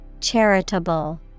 Charitable